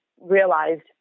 realized